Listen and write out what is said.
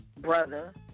brother